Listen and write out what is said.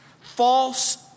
False